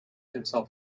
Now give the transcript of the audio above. himself